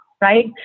right